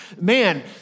man